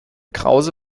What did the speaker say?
krause